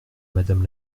madame